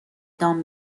دام